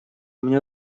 меня